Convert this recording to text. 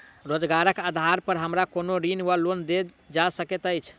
रोजगारक आधार पर हमरा कोनो ऋण वा लोन देल जा सकैत अछि?